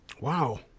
Wow